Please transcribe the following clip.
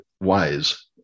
wise